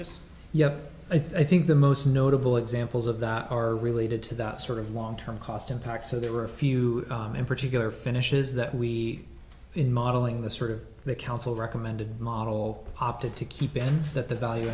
just yes i think the most notable examples of that are related to that sort of long term cost impact so there were a few in particular finishes that we in modeling the sort of the council recommended model opted to keep in that the value